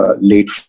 late